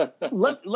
Let